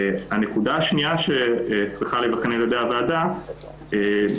הנקודה השנייה שצריכה להיבחן על ידי הוועדה היא אם